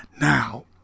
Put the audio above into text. now